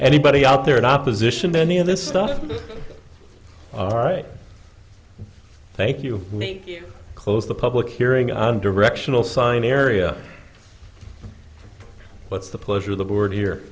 anybody out there in opposition to any of this stuff all right thank you make you close the public hearing on directional sign area what's the pleasure of the board here